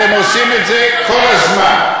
ואתם עושים את זה כל הזמן.